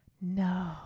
No